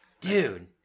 Dude